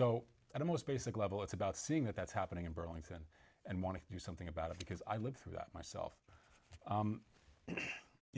i'm most basic level it's about seeing that that's happening in burlington and want to do something about it because i lived through that myself you